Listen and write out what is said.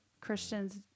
Christians